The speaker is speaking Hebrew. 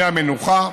בימי המנוחה.